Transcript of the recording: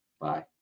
bye